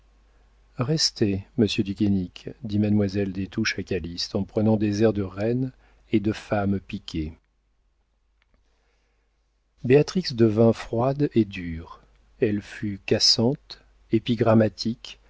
restez monsieur du guénic dit mademoiselle des touches à calyste en prenant des airs de reine et de femme piquée béatrix devint froide et dure elle fut cassante